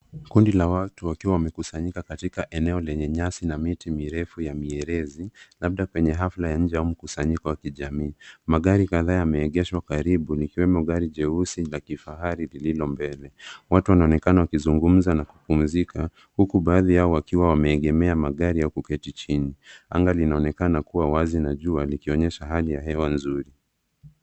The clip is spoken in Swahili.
Kundi la watu wakiwa wamekusanyika kwenye katika eneo lenye nyasi na miti mirefu ya mielezi labda kwenye hafla ya nje au mkusanyiko wa kijamii. Magari kadhaa yameegeshwa karibu likiwemo gari jeusi la kifahari likiwa mbele. Watu wanaonekana wakizugumza na kupumzika huku baadhi yao wakiwa wameegemea magari au kuketi chini. Anga linaonekana kuwa wazi na jua likionyesha hali ya hewa nzuri.